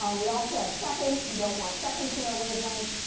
um we also have seconds. we don't want seconds in our wavelength.